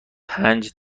پنج